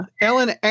Ellen